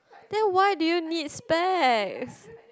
then why did you need specs